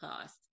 cost